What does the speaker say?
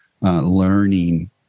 learning